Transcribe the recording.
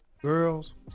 Girls